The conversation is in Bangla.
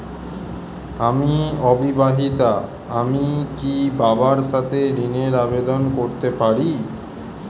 আমি অবিবাহিতা আমি কি বাবার সাথে ঋণের আবেদন করতে পারি?